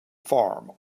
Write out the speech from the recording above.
farm